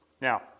Now